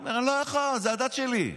הוא אומר: אני לא יכול, זו הדת שלי.